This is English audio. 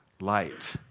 light